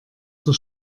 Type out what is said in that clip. zur